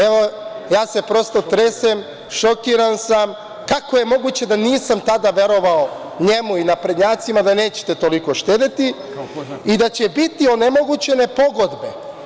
Evo, ja se prosto tresem, šokiran sam kako je moguće da nisam tada verovao njemu i naprednjacima da nećete toliko štedeti i da će biti onemogućene pogodbe.